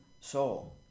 soul